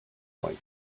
point